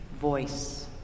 voice